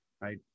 right